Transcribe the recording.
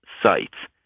sites